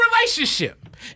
relationship